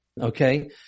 Okay